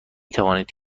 توانید